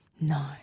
No